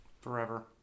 Forever